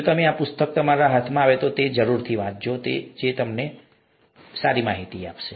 જો તમે આ પુસ્તકો તમારા હાથ માં આવે તો તમે તેને વાંચશો તો તે સારું રહેશે